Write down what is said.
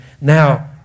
Now